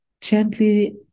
gently